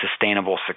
sustainable